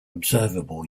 observable